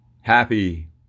happy